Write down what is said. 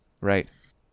right